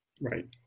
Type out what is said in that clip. Right